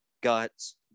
guts